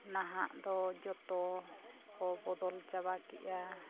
ᱱᱟᱦᱟᱜ ᱫᱚ ᱡᱚᱛᱚ ᱠᱚ ᱵᱚᱫᱚᱞ ᱪᱟᱵᱟ ᱠᱮᱜᱼᱟ